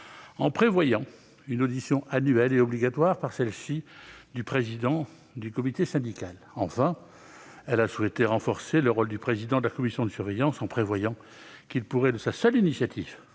à celle-ci une audition annuelle du président du comité syndical. Enfin, elle a souhaité renforcer le rôle du président de la commission de surveillance en prévoyant qu'il pourrait, sur sa seule initiative,